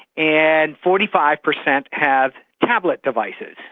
and forty five percent have tablets devices,